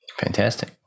Fantastic